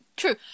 true